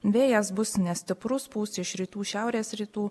vėjas bus nestiprus pūs iš rytų šiaurės rytų